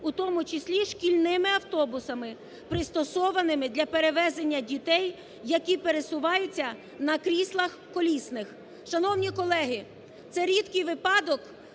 у тому числі шкільними автобусами, пристосованими для перевезення дітей, які пересуваються на кріслах колісних". Шановні колеги, це рідкий випадок,